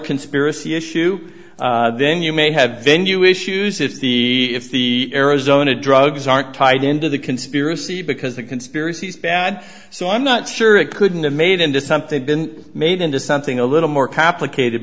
conspiracy issue then you may have venue issues if the if the arizona drugs aren't tied into the conspiracy because the conspiracy is bad so i'm not sure it couldn't have made into something been made into something a little more complicated